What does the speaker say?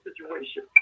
situation